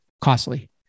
costly